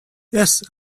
yes